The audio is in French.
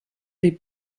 des